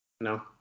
No